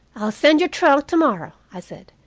i'll send your trunk tomorrow, i said,